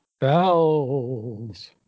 Bells